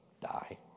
die